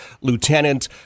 lieutenant